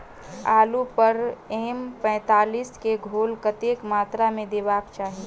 आलु पर एम पैंतालीस केँ घोल कतेक मात्रा मे देबाक चाहि?